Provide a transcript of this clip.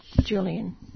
Julian